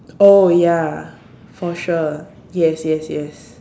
oh ya for sure yes yes yes